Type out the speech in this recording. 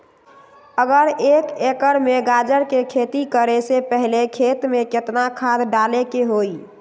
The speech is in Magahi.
अगर एक एकर में गाजर के खेती करे से पहले खेत में केतना खाद्य डाले के होई?